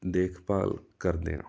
ਦੇਖਭਾਲ ਕਰਦੇ ਹਾਂ